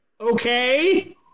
okay